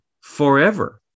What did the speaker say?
forever